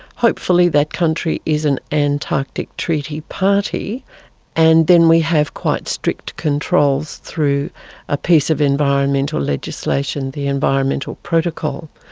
hopefully that country is an antarctic treaty party and then we have quite strict controls through a piece of environmental legislation, the environmental protocol.